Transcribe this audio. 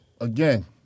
Again